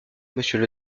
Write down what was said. monsieur